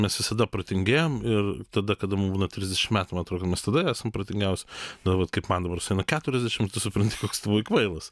mes visada protingėjam ir tada kada mum būna trisdešimt metų man atrodo mes tada esam protingiausios nu vat kaip man dabar sueina keturiasdešimt tu supranti koks buvai kvailas